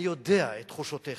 אני יודע את תחושותיך.